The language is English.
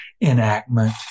enactment